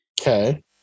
Okay